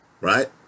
right